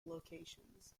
locations